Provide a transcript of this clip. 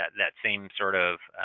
that same sort of